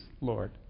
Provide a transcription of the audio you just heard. Lord